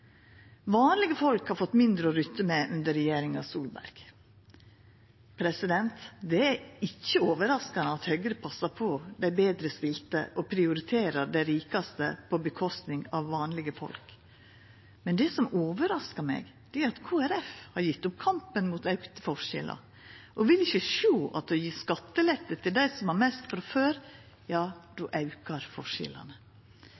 Vanlege folk har fått mindre å rutta med under regjeringa Solberg. Det er ikkje overraskande at Høgre passar på dei betrestilte og prioriterer dei rikaste framfor vanlege folk. Men det som overraskar meg, er at Kristeleg Folkeparti har gjeve opp kampen mot auka forskjellar og ikkje vil sjå at når ein gjev skattelette til dei som har mest frå før,